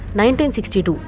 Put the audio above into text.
1962